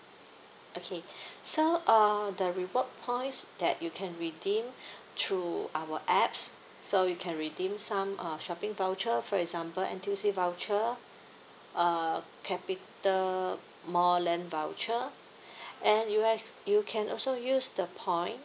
okay so uh the reward points that you can redeem through our apps so you can redeem some uh shopping voucher for example N_T_U_C voucher uh Capitamall land voucher and you have you can also use the point